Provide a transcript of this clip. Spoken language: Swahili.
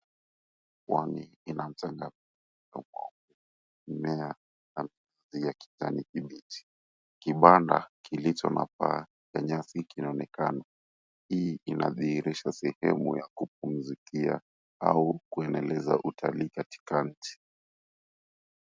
Pwani ina mchanga mweupe, mimea na miti ya kijani kibichi, kibanda kilicho na paa ya nyasi kinaonekana hii inadhihirisha sehemu ya kupumzikia au kuendeleza utalii katika nchi.